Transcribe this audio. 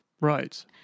Right